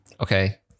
Okay